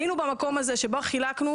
היינו במקום הזה שבו חילקנו